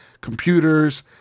computers